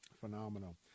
Phenomenal